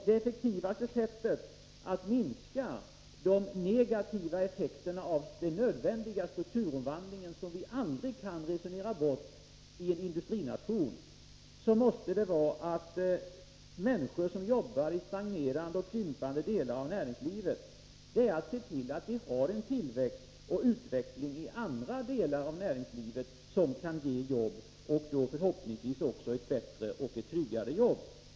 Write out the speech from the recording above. Det effektivaste sättet att minska de negativa effekterna av den i en industrination nödvändiga strukturomvandling som vi aldrig kan resonera bort måste vara att se till att det finns en tillväxt i andra delar av näringslivet, som kan ge jobb och förhoppningsvis ett bättre och tryggare jobb åt de människor som arbetar i stagnerande och krympande delar av näringslivet.